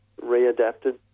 readapted